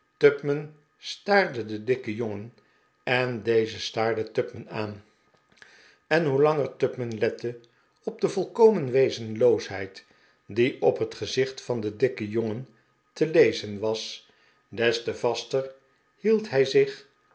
staarde den dikken jongen en deze staarde tupman aan en hoe langer tupman lette op de volkomen wezenloosheid die op het gezicht van den dikken jongen te lezen was des te vaster hield hij zich